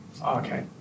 okay